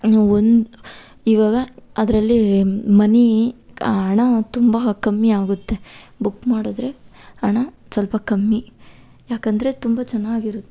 ನಾವು ಒಂದು ಇವಾಗ ಅದರಲ್ಲಿ ಮನಿ ಹಣ ತುಂಬ ಕಮ್ಮಿ ಆಗುತ್ತೆ ಬುಕ್ ಮಾಡಿದ್ರೆ ಹಣ ಸ್ವಲ್ಪ ಕಮ್ಮಿ ಯಾಕಂದರೆ ತುಂಬ ಚೆನ್ನಾಗಿರುತ್ತೆ